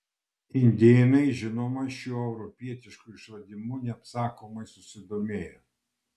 indėnai žinoma šiuo europietišku išradimu neapsakomai susidomėjo